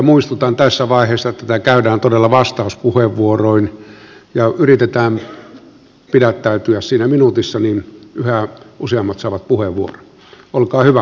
muistutan tässä vaiheessa että tätä käydään todella vastauspuheenvuoroin ja yritetään pidättäytyä siinä minuutissa niin yhä useammat saavat puheenvuorot